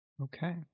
Okay